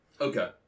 Okay